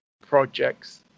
projects